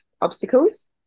obstacles